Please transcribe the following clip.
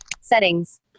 Settings